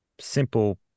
simple